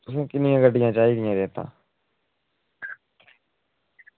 तुसें किन्नियां गड्डियां चाही दियां रेता